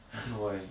why